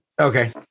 okay